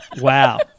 Wow